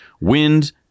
wind